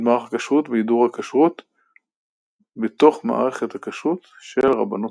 שימש כראש המדרשה לבנות בקיבוץ חפץ חיים וכרב מכללת